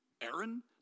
Aaron